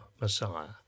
Messiah